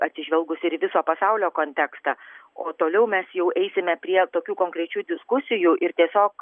atsižvelgus ir viso pasaulio kontekstą o toliau mes jau eisime prie tokių konkrečių diskusijų ir tiesiog